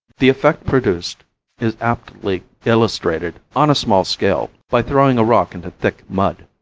the effect produced is aptly illustrated, on a small scale, by throwing a rock into thick mud.